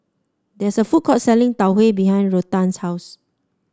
there is a food court selling Tau Huay behind Ruthann's house